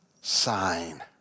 sign